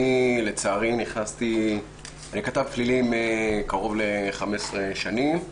אני כתב פלילים קרוב ל-15 שנים.